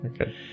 Okay